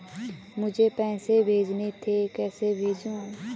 मुझे पैसे भेजने थे कैसे भेजूँ?